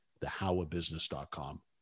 thehowofbusiness.com